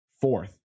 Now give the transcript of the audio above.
Fourth